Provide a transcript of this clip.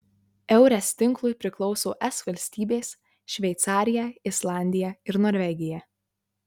eures tinklui priklauso es valstybės šveicarija islandija ir norvegija